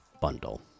bundle